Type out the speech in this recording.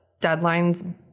Deadlines